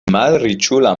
malriĉula